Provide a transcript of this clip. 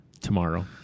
Tomorrow